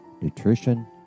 nutrition